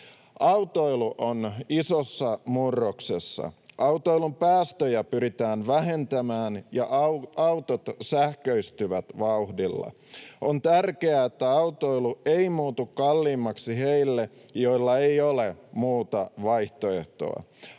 Autoilu on isossa murroksessa. Autoilun päästöjä pyritään vähentämään, ja autot sähköistyvät vauhdilla. On tärkeää, että autoilu ei muutu kalliimmaksi heille, joilla ei ole muuta vaihtoehtoa.